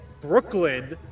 Brooklyn